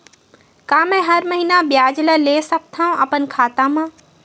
का मैं हर महीना ब्याज ला ले सकथव अपन खाता मा?